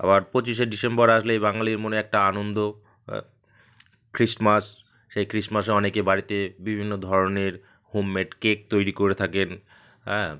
আবার পঁচিশে ডিসেম্বর আসলেই বাঙালির মনে একটা আনন্দ খ্রিস্টমাস সেই খ্রিসমাসে অনেকে বাড়িতে বিভিন্ন ধরনের হোম মেড কেক তৈরি করে থাকেন হ্যাঁ